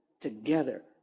together